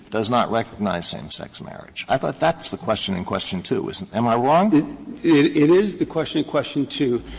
does not recognize same-sex marriage. i thought that's the question in question two. is am i wrong? hallward-driemeier it it is the question in question two,